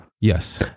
Yes